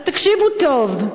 אז תקשיבו טוב: